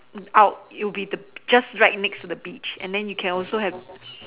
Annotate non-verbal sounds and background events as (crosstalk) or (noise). (noise) out you'll be the just right next to the beach and then you can also have